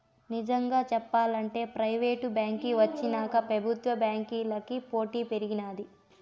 నిజంగా సెప్పాలంటే ప్రైవేటు బాంకీ వచ్చినాక పెబుత్వ బాంకీలకి పోటీ పెరిగినాది